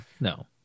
no